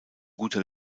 guter